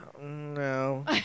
No